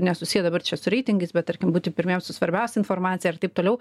nesusiję dabar čia su reitingais bet tarkim būti pirmiems su svarbiausia informacija ir taip toliau